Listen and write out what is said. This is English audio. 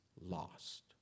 lost